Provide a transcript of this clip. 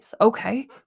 Okay